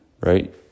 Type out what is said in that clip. right